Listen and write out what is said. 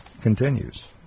continues